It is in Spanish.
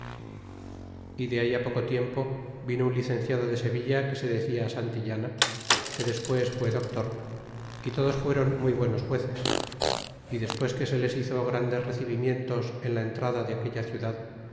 y de ahí poco tiempo vino un licenciado de sevilla que se decia santillana que despues fué doctor y todos fuéron muy buenos jueces y despues que se les hizo grandes recibimientos en la entrada de aquella ciudad